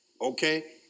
Okay